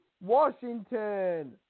Washington